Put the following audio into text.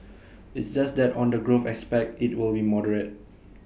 it's just that on the growth aspect IT will be moderate